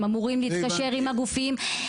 הם אמורים להתקשר עם הגופים.